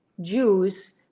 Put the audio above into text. Jews